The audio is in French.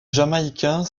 jamaïcain